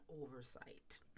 oversight